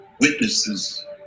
witnesses